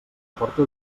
aporte